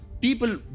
people